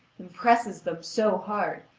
and presses them so hard,